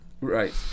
Right